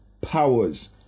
powers